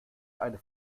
eine